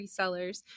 resellers